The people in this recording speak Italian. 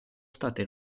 state